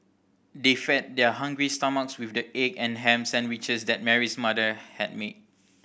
they fed their hungry stomachs with the egg and ham sandwiches that Mary's mother had made